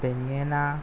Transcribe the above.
বেঙেনা